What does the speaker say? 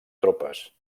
tropes